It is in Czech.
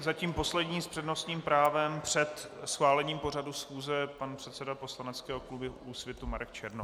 Zatím poslední s přednostním právem před schválením pořadu schůze pan předseda poslaneckého klubu Úsvit Marek Černoch.